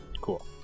cool